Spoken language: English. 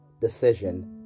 decision